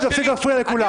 תפסיק להפריע לכולם.